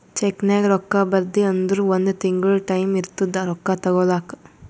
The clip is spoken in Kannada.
ಚೆಕ್ನಾಗ್ ರೊಕ್ಕಾ ಬರ್ದಿ ಅಂದುರ್ ಒಂದ್ ತಿಂಗುಳ ಟೈಂ ಇರ್ತುದ್ ರೊಕ್ಕಾ ತಗೋಲಾಕ